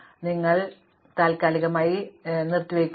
അതിനാൽ നിങ്ങൾ താൽക്കാലികമായി നിർത്തി സ്വീകരിക്കേണ്ടതുണ്ട്